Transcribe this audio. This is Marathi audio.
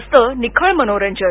असतं निखळ मनोरंजन